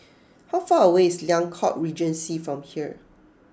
how far away is Liang Court Regency from here